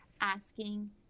asking